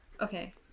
Okay